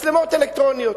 מצלמות אלקטרוניות.